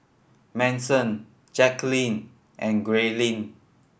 Manson Jacquelin and Grayling